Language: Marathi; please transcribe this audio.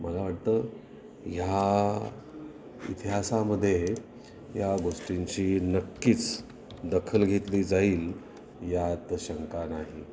मला वाटतं ह्या इतिहासामध्ये या गोष्टींची नक्कीच दखल घेतली जाईल यात शंका नाही